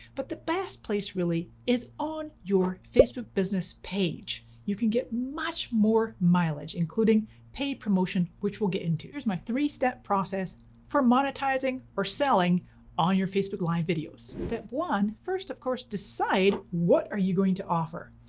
but the best place really is on your facebook business page. you can get much more mileage, including paid promotion, which we'll get into. here's my three step process for monetizing or selling on your facebook live videos. step one, first of course decide what are you going to offer.